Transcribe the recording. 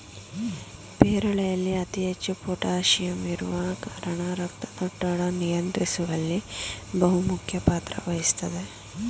ಪೇರಳೆಯಲ್ಲಿ ಅತಿ ಹೆಚ್ಚು ಪೋಟಾಸಿಯಂ ಇರುವ ಕಾರಣ ರಕ್ತದೊತ್ತಡ ನಿಯಂತ್ರಿಸುವಲ್ಲಿ ಬಹುಮುಖ್ಯ ಪಾತ್ರ ವಹಿಸ್ತದೆ